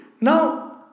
Now